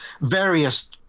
various